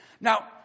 Now